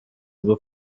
bwo